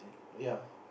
ya